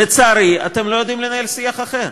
לצערי, אתם לא יודעים לנהל שיח אחר.